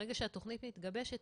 ברגע שהתכנית מתגבשת,